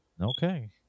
Okay